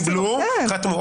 קיבלו וחתמו.